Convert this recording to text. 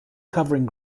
covering